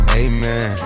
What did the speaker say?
amen